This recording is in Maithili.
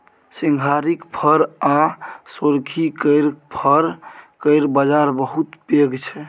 सिंघारिक फर आ सोरखी केर फर केर बजार बहुत पैघ छै